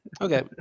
Okay